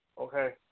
Okay